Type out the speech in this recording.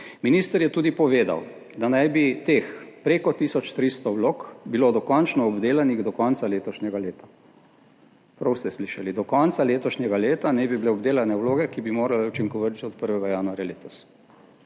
Minister je tudi povedal, da naj bi teh preko tisoč 300 vlog bilo dokončno obdelanih do konca letošnjega leta. Prav ste slišali, do konca letošnjega leta naj bi bile obdelane vloge, ki bi morale učinkovati že od 1. januarja letos.